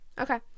Okay